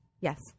Yes